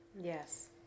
yes